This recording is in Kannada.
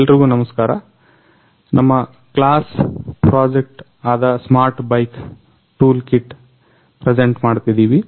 ಎಲ್ರಿಗೂ ನಮಸ್ಕಾರ ನಮ್ಮ ಕ್ಲಾಸ್ ಪ್ರಾಜೆಕ್ಟ್ ಆದ ಸ್ಮಾರ್ಟ್ ಬೈಕ್ ಟೂಲ್ಕಿಟ್ ಪ್ರೆಜೆಂಟ್ ಮಾಡ್ತಿದಿವಿ